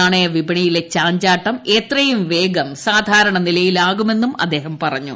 നാണയ വിപണിയിലെ ചാഞ്ചാട്ടം എത്രയും വേഗം സാധാരണ നിലയിൽ ആകുമെന്നും അദ്ദേഹം പറ്ഞ്ഞു